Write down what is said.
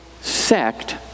sect